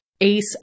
ace